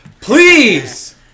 Please